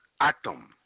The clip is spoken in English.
atom